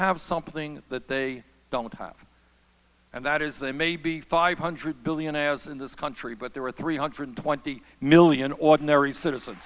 have something that they don't have and that is they may be five hundred billionaires in this country but there are three hundred twenty million ordinary citizen